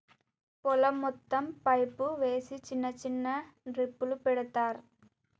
పొలం మొత్తం పైపు వేసి చిన్న చిన్న డ్రిప్పులు పెడతార్